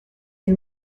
est